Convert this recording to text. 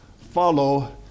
follow